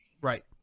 Right